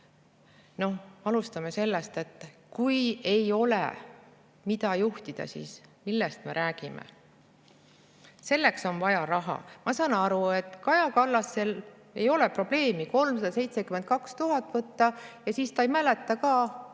Alustame sellest: kui ei ole, mida juhtida, siis millest me räägime? Selleks on vaja raha. Ma saan aru, et Kaja Kallasel ei ole probleemi võtta 372 000 eurot ja siis mitte mäletada,